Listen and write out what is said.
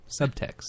subtext